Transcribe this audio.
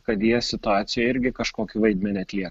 kad jie situacijoj irgi kažkokį vaidmenį atlieka